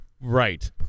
Right